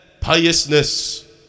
piousness